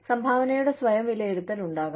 സംഭാവനയുടെ സ്വയം വിലയിരുത്തൽ ഉണ്ടാകാം